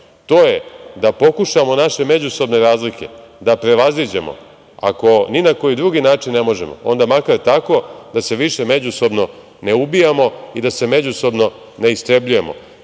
to je da pokušamo naše međusobne razlike da prevaziđemo. Ako ni na koji drugi način ne možemo, onda makar tako da se više međusobno ne ubijamo i da se međusobno ne istrebljujemo. Ono